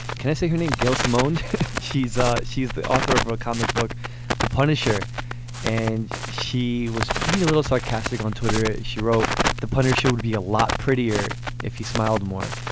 can i see her name gail simmons she's ah she's the author of a comic book the punisher and she was being a little sarcastic on twitter she wrote the punisher would be a lot prettier if he smiled more